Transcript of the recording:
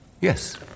Yes